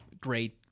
great